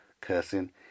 cursing